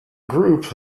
group